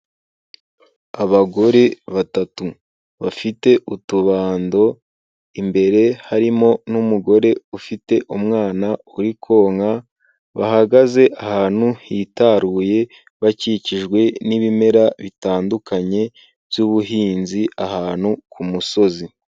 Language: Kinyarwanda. Abagore batatu bafite utubando imbere, harimo n'umugore ufite umwana uri konka, bahagaze ahantu hitaruye, bakikijwe n'ibimera bitandukanye by'ubuhinzi ahantu ku musozi.